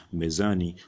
mezani